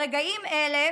ברגעים אלה